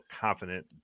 confident